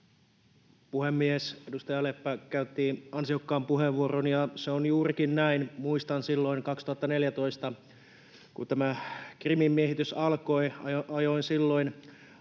Puhemies! Edustaja Leppä käytti ansiokkaan puheenvuoron, ja se on juurikin näin. Silloin 2014, kun Krimin miehitys alkoi, ajoin